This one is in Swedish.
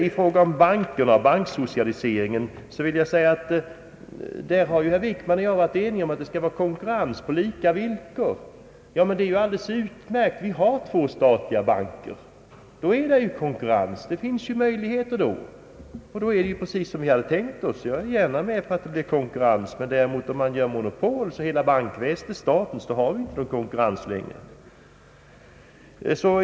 I fråga om banksocialiseringen vill jag säga att herr Wickman och jag har varit överens om att det bör vara konkurrens på lika villkor. Det finns två statliga banker, och därmed är ju konkurrensen tryggad. Då är det ju precis som vi hade tänkt oss. Jag är gärna med på att det råder konkurrens, men om man däremot skapar ett monopol och gör hela bankväsendet till statens har vi ju inte längre någon konkurrens.